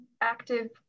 active